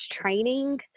training